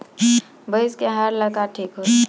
भइस के आहार ला का ठिक होई?